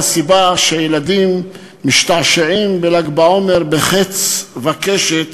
הסיבה שילדים משתעשעים בל"ג בעומר בחץ וקשת,